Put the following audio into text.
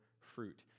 fruit